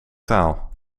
taal